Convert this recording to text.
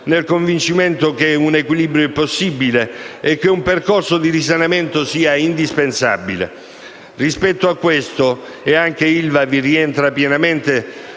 nel convincimento che un equilibrio è possibile e che un percorso di risanamento sia indispensabile. Rispetto a questo, e anche ILVA vi rientra pienamente,